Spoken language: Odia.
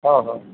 ହଁ ହଁ